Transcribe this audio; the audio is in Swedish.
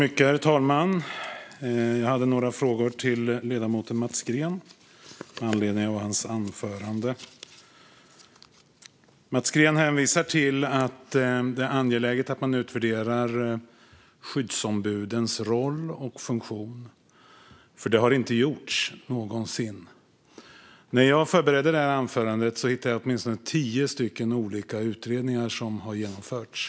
Herr talman! Jag har några frågor till ledamoten Mats Green med anledning av hans anförande. Mats Green hänvisar till att det är angeläget att utvärdera skyddsombudens roll och funktion eftersom det inte har gjorts någonsin. När jag förberedde mitt anförande hittade jag åtminstone tio olika utredningar som har genomförts.